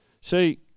See